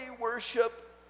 worship